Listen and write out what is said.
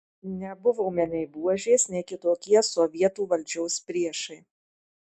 nebuvome nei buožės nei kitokie sovietų valdžios priešai